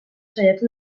saiatu